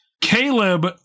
Caleb